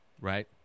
right